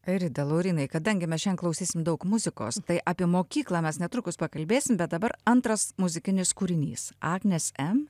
airida laurynai kadangi mes šiandien klausysim daug muzikos tai apie mokyklą mes netrukus pakalbėsim bet dabar antras muzikinis kūrinys agnės m